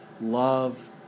love